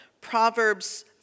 Proverbs